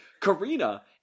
karina